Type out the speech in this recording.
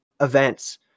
events